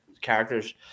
characters